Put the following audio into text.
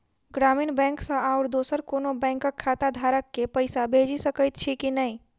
ग्रामीण बैंक सँ आओर दोसर कोनो बैंकक खाताधारक केँ पैसा भेजि सकैत छी की नै?